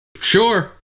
Sure